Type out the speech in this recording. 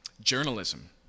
journalism